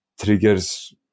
triggers